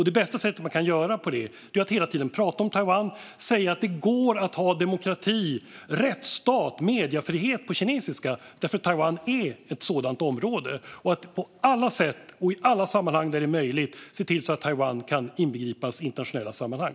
Det bästa sättet att göra det är att hela tiden prata om Taiwan, att säga att det går att ha demokrati, rättsstat och mediefrihet på kinesiska eftersom Taiwan är ett sådant område, och att på alla sätt och i alla sammanhang där det är möjligt se till att Taiwan kan inbegripas i internationella sammanhang.